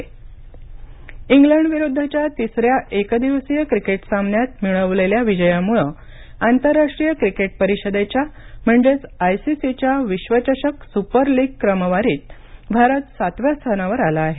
ICC क्रमांक cricket इंग्लंडविरुद्धच्या तिसऱ्या एकदिवसीय क्रिकेट सामन्यात मिळवलेल्या विजयामुळं आंतरराष्ट्रीय क्रिकेट परिषदेच्या म्हणजेच आयसीसीच्या विश्वचषक सुपर लीग क्रमवारीत भारत सातव्या स्थानावर आला आहे